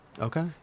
Okay